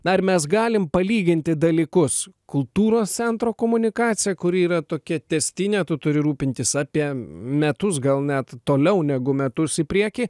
na ar mes galim palyginti dalykus kultūros centro komunikacija kuri yra tokia tęstinė tu turi rūpintis apie metus gal net toliau negu metus į priekį